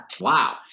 Wow